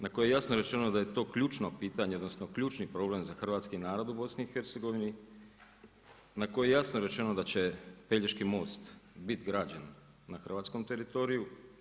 Na kojoj je jasno rečeno da je to ključno pitanje, odnosno ključni problem za hrvatski narod u BIH, na koji je jasno rečeno da će Pelješki most biti građen na hrvatskom teritoriju.